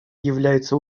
является